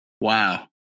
Wow